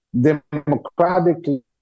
democratically